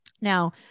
Now